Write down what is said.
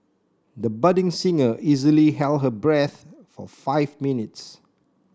the budding singer easily held her breath for five minutes